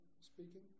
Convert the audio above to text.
speaking